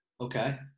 Okay